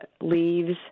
leaves